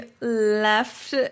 left